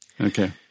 Okay